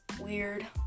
weird